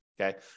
okay